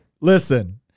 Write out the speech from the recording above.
listen